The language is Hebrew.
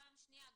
פעם שנייה,